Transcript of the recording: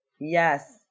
Yes